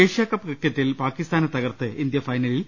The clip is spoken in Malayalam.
ഏഷ്യാകപ്പ് ക്രിക്കറ്റിൽ പാക്കിസ്ഥാനെ തകർത്ത് ഇന്ത്യ ഫൈനലിൽ